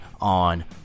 on